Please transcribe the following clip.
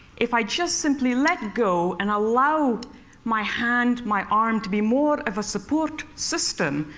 if i just simply let go and allow my hand, my arm, to be more of a support system,